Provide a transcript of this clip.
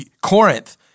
Corinth